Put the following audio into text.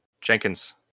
Jenkins